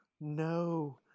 No